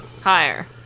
Higher